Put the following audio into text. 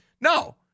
No